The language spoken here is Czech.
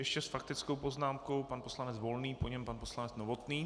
Ještě s faktickou poznámkou pan poslanec Volný, po něm pan poslanec Novotný.